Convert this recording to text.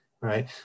right